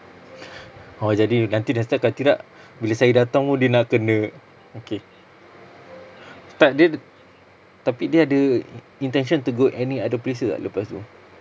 oh jadi nanti next time kalau tidak bila saya datang pun dia nak kena okay tak dia d~ tapi dia ada intention to go any other places tak lepas tu